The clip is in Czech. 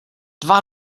dva